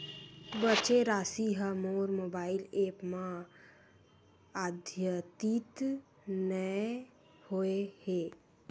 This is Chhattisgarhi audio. बचे राशि हा मोर मोबाइल ऐप मा आद्यतित नै होए हे